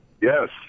Yes